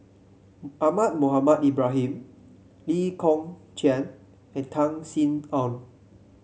Ahmad Mohamed Ibrahim Lee Kong Chian and Tan Sin Aun